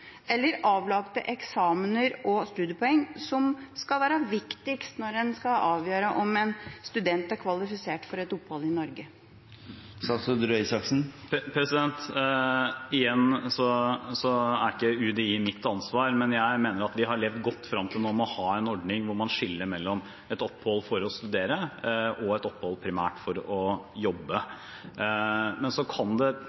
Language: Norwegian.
eller avlagte eksamener og studiepoeng som skal være viktigst når en skal avgjøre om en student er kvalifisert til et opphold i Norge? : Igjen: UDI er ikke mitt ansvar. Men jeg mener at vi har levd godt frem til nå med å ha en ordning hvor man skiller mellom et opphold for å studere og et opphold primært for å jobbe. Jeg er ikke i stand til å si noe mer om det